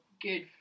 good